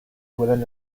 within